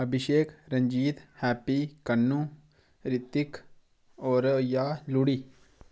अभिषेक रंजीत हैप्पी कन्नू रितिक होर होई गेआ लूड़ी